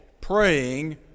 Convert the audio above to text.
praying